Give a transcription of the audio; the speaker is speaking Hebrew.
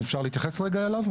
אפשר להתייחס רגע אליו?